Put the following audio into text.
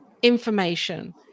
information